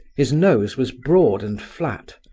his nose was broad and flat,